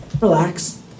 relax